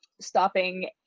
stopping